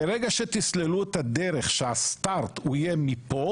ברגע שתשללו את הדרך שה-start יהיה מפה